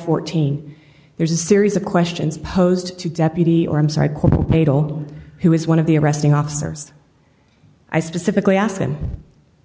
fourteen there's a series of questions posed to deputy or i'm sorry who was one of the arresting officers i specifically asked them